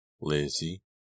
Lizzie